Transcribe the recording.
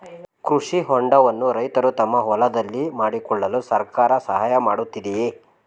ಕೃಷಿ ಹೊಂಡವನ್ನು ರೈತರು ತಮ್ಮ ಹೊಲದಲ್ಲಿ ಮಾಡಿಕೊಳ್ಳಲು ಸರ್ಕಾರ ಸಹಾಯ ಮಾಡುತ್ತಿದೆಯೇ?